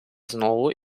знову